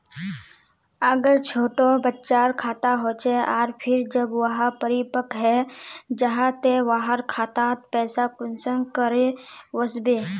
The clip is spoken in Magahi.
अगर छोटो बच्चार खाता होचे आर फिर जब वहाँ परिपक है जहा ते वहार खातात पैसा कुंसम करे वस्बे?